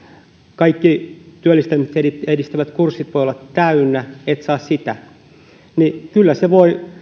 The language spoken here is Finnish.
kaikki työllistämistä edistävät kurssit voivat olla täynnä etkä saa niitä niin kyllä se voi